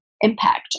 impact